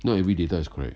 not every data is correct